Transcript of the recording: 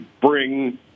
bring